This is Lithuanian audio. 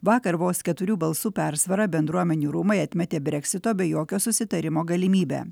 vakar vos keturių balsų persvara bendruomenių rūmai atmetė breksito be jokio susitarimo galimybę